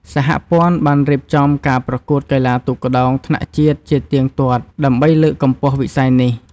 សហព័ន្ធបានរៀបចំការប្រកួតកីឡាទូកក្ដោងថ្នាក់ជាតិជាទៀងទាត់ ដើម្បីលើកកម្ពស់វិស័យនេះ។